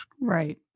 right